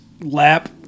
lap